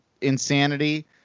insanity